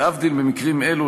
להבדיל ממקרים אלו,